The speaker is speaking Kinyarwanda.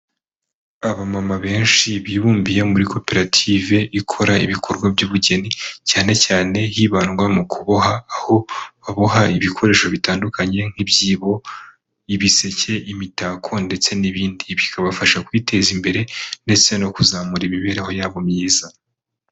Abamama benshi bibumbiye muri koperative ikora ibikorwa by'ubugeni cyane cyane hibandwa mu kuboha, aho baboha ibikoresho bitandukanye: nk'ibyibo, ibiseke, imitako ndetse n'ibindi...; ibi bikabafasha kwiteza imbere ndetse no kuzamura imibereho yabo myiza.